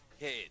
head